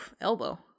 elbow